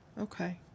okay